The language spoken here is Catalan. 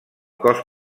cos